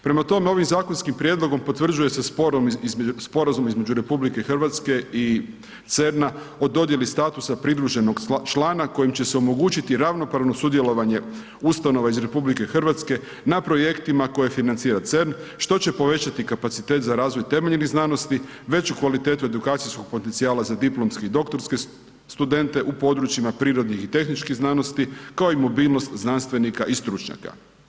Prema tome, ovim zakonskim prijedlogom potvrđuje se sporazum između RH i CERN-a o dodjeli statusa pridruženog člana kojim će se omogućiti ravnopravno sudjelovanje ustanova iz RH na projektima koje financira CERN što će povećati kapacitet za razvoj temeljenih znanosti, veću kvalitetu edukacijskog potencijala za diplomske i doktorske studente u područjima prirodnih i tehničkih znanosti kao i mobilnost znanstvenika i stručnjaka.